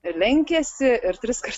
lenkėsi ir triskart